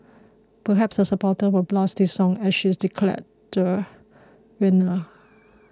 perhaps her supporters will blast this song as she is declare the winner